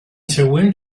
següent